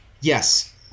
Yes